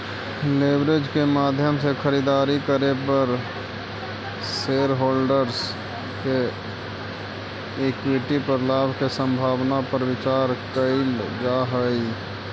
leverage के माध्यम से खरीदारी करे पर शेरहोल्डर्स के इक्विटी पर लाभ के संभावना पर विचार कईल जा हई